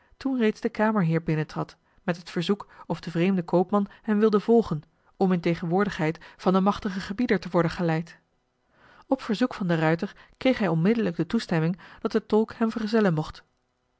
toen reeds de kamerheer binnentrad met het verzoek of de vreemde koopman hem wilde volgen om in tegenwoordigheid van den machtigen gebieder te worden geleid op verzoek van de ruijter kreeg hij onmiddellijk de toestemming dat de tolk hem vergezellen mocht